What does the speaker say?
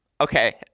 okay